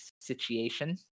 situation